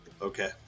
okay